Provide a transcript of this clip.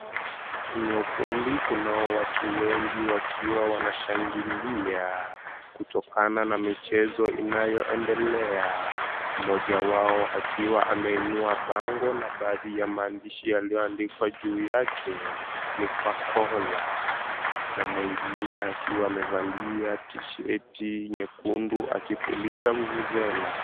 Kwenye ukumbi kunao watu wengi wakiwa wanashangilia kutokana na michezo inayoendelea mmoja wao akiwa ameinua bango na baadhi ya maandishi yaliyoandikwa juu yake ni, "Khwakhola," na mwingine akiwa amevalia tisheti nyekundu akipuliza vuvuzela.